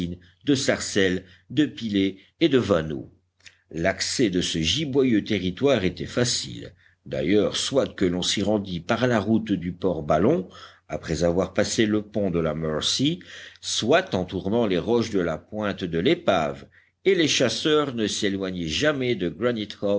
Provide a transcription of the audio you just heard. de sarcelles de pilets et de vanneaux l'accès de ce giboyeux territoire était facile d'ailleurs soit que l'on s'y rendît par la route du port ballon après avoir passé le pont de la mercy soit en tournant les roches de la pointe de l'épave et les chasseurs ne s'éloignaient jamais de